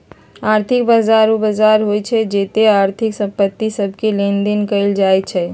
आर्थिक बजार उ बजार होइ छइ जेत्ते आर्थिक संपत्ति सभके लेनदेन कएल जाइ छइ